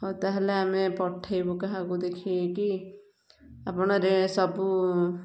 ହଉ ତାହେଲେ ଆମେ ପଠେଇବୁ କାହାକୁ ଦେଖିକି ଆପଣରେ ସବୁ